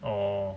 orh